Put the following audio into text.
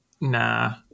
nah